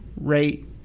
Rate